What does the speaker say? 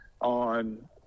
on